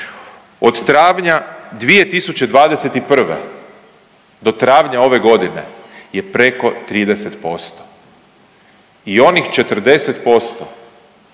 od travnja 2021. do travnja ove godine je preko 30%. I onih 40%